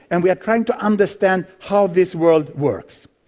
and we are trying to understand how this world works.